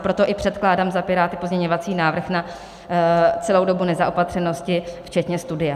Proto i předkládám za Piráty pozměňovací návrh na celou dobu nezaopatřenosti včetně studia.